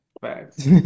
Facts